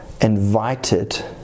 invited